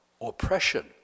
oppression